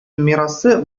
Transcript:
мирасы